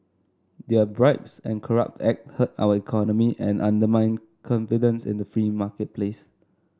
their bribes and corrupt act hurt our economy and undermine confidence in the free marketplace